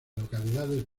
localidades